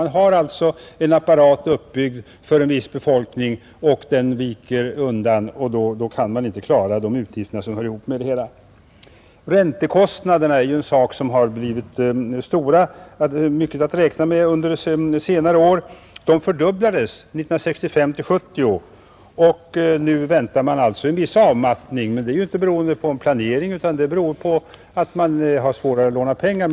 Man har alltså en apparat uppbyggd för en viss befolkning och den viker undan, och då kan kommunen inte klara de utgifter som den åtagit sig. Räntekostnaderna har blivit en faktor att räkna med under senare år. De fördubblades under perioden 1965—1970. Nu väntar man en viss avmattning, men det är inte beroende på planering, utan det beror på att man har svårare att låna pengar.